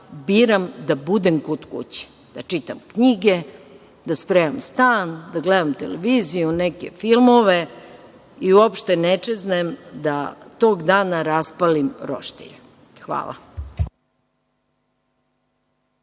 biram da budem kod kuće, da čitam knjige, da spremam stan, da gledam televiziju, neke filmove i uopšte ne čeznem da tog dana raspalim roštilj. Hvala.